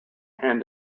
hand